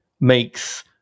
makes